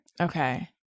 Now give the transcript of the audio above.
Okay